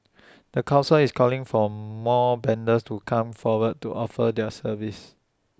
the Council is calling for more vendors to come forward to offer their services